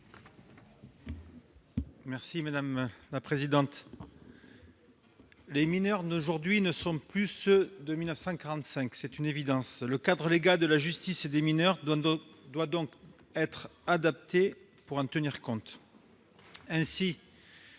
M. François Bonhomme. Les mineurs d'aujourd'hui ne sont plus ceux de 1945 ; c'est une évidence. Le cadre légal de la justice des mineurs doit donc être adapté pour en tenir compte.